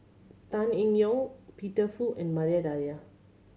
Tan Eng Yoon Peter Fu and Maria Dyer